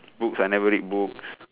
books I never read books